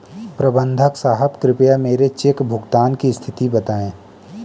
प्रबंधक साहब कृपया मेरे चेक भुगतान की स्थिति बताएं